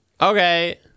Okay